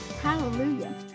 Hallelujah